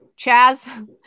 Chaz